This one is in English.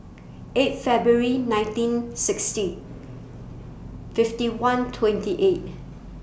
eight February nineteen sixty fifty one twenty eight